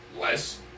less